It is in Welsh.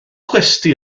gwesty